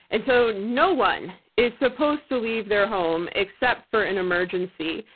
and so no one is supposed to leave their home except for an emergency.